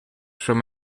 from